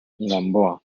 gamboa